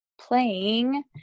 playing